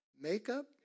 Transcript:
makeup